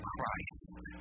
Christ